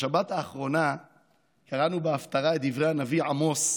בשבת האחרונה קראנו בהפטרה את דברי הנביא עמוס,